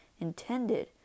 intended